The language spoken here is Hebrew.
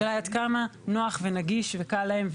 השאלה עד כמה נוח ונגיש וקל להם,